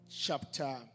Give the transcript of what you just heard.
chapter